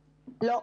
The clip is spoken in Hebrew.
לא.